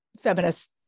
feminist